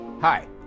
hi